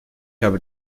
habe